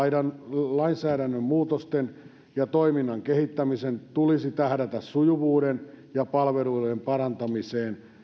lainsäädännön muutosten ja toiminnan kehittämisen tulisi tähdätä sujuvuuden ja palveluiden parantamiseen